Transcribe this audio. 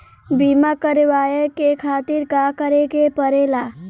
बीमा करेवाए के खातिर का करे के पड़ेला?